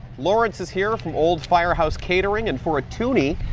lawrence is here from old firehouse catering and for a toonie,